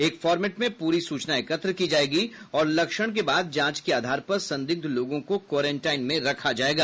एक फार्मेट में प्ररी सूचना एकत्र की जायेगी और लक्षण के बाद जांच के आधार पर संदिग्ध लोगों को क्वारेनटाईन में रखा जायेगा